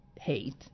hate